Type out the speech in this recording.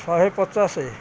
ଶହେ ପଚାଶ